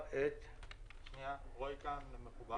שנייה, רועי קאהן מחובר.